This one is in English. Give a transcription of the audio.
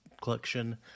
collection